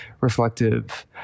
reflective